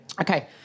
Okay